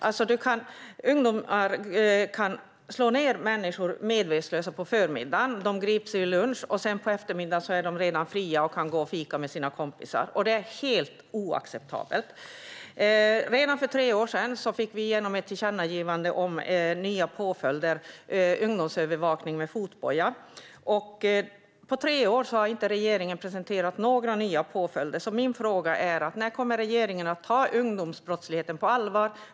Ungdomar kan slå människor medvetslösa på förmiddagen, gripas vid lunch och på eftermiddagen är de redan fria och kan gå och fika med sina kompisar. Detta är helt oacceptabelt. Redan för tre år sedan fick vi igenom ett tillkännagivande om nya påföljder, som ungdomsövervakning med fotboja. Men på tre år har inte regeringen presenterat några nya påföljder. Min fråga är därför: När kommer regeringen att ta ungdomsbrottsligheten på allvar?